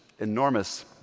enormous